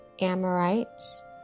Amorites